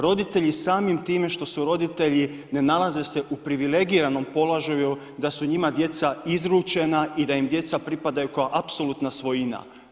Roditelji samim time, što su roditelji, ne nalaze se u privilegiranom položaju, da su njima djeca izručena i da im djeca pripadaju kao apsolutno svojina.